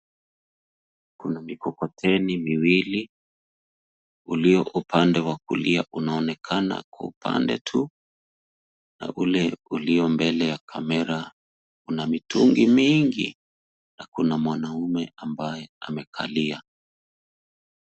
Kuna mikokoteni miwili, ulio upande wa kulia unaonekana kwa upande tu, na ule ulio mbele ya kamera una mitungi mingi, na kuna mwanaume ambaye amekalia.